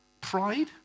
Pride